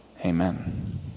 Amen